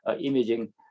imaging